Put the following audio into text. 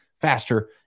faster